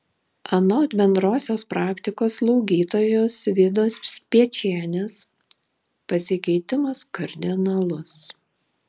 anot bendrosios praktikos slaugytojos vidos spiečienės pasikeitimas kardinalus